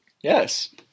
Yes